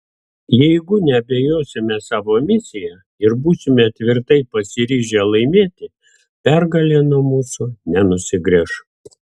jeigu neabejosime savo misija ir būsime tvirtai pasiryžę laimėti pergalė nuo mūsų nenusigręš